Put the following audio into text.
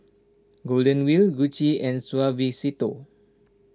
Golden Wheel Gucci and Suavecito